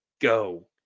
go